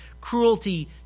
cruelty